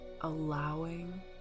allowing